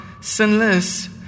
sinless